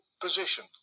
position